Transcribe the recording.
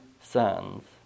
sons